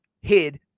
hid